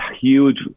huge